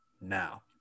now